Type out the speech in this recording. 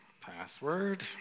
password